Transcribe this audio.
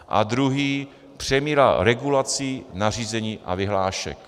A druhá: přemíra regulací, nařízení a vyhlášek.